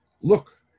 look